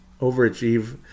overachieve